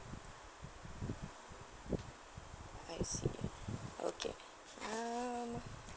I see okay um